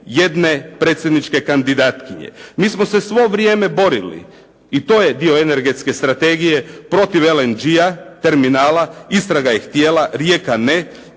jedne predsjedničke kandidatkinje. Mi smo se svo vrijeme borili i to je dio energetske strategije, protiv LNG terminala, Istra ga je htjela, Rijeka ne,